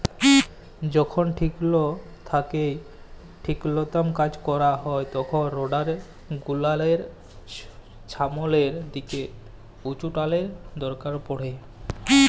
যখল কঠিল থ্যাইকে কঠিলতম কাজ ক্যরা হ্যয় তখল রোডার গুলালের ছামলের দিকে উঁচুটালের দরকার পড়হে